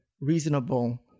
reasonable